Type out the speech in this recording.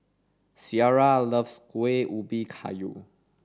Ciarra loves Kuih Ubi Kayu